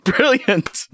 Brilliant